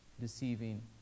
deceiving